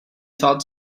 thought